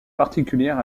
particulière